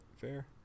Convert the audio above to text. fair